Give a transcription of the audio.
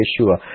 Yeshua